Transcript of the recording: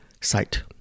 site